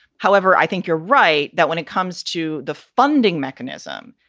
however, i think you're right that when it comes to the funding mechanism,